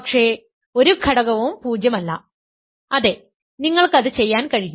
പക്ഷേ ഒരു ഘടകവും 0 അല്ല അതെ നിങ്ങൾക്ക് അത് ചെയ്യാൻ കഴിയും